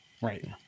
Right